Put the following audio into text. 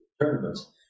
tournaments